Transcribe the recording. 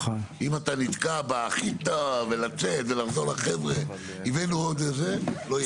אם אתה נתקע, הבאנו עוד משהו, לא יהיה כלום.